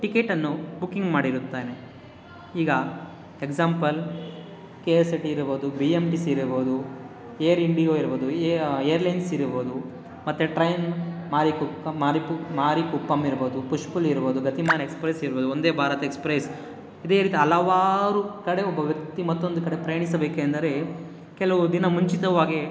ಟಿಕೆಟನ್ನು booking ಮಾಡಿರುತ್ತಾನೆ ಈಗ example K S R T ಇರಬಹುದು ಬಿ ಎಮ್ ಟಿ ಸಿ ಇರಬಹುದು ಏರ್ ಇಂಡಿಯೋ ಇರಬಹುದು ಏರ್ಲೈನ್ಸ್ ಇರಬಹುದು ಮತ್ತೆ ಟ್ರೈನ್ ಮಾಲಿಕುಕ್ಕಮ್ ಮಾಲಿಕು ಮಾರಿಕುಪ್ಪಮ್ ಇರಬಹುದು ಪುಶ್ ಪುಲ್ ಇರಬಹುದು ಗತಿಮಾನ್ ಎಕ್ಸ್ಪ್ರೆಸ್ ಇರಬಹುದು ವಂದೇ ಭಾರತ್ ಎಕ್ಸ್ಪ್ರೆಸ್ ಇದೆ ರೀತಿ ಹಲಾವಾರು ಕಡೆ ಒಬ್ಬ ವ್ಯಕ್ತಿ ಮತ್ತೊಂದು ಕಡೆ ಪ್ರಯಾಣಿಸಬೇಕೆಂದರೆ ಕೆಲವು ದಿನ ಮುಂಚಿತವಾಗಿ